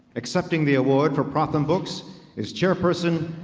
accepting the award for prothom books is chairperson,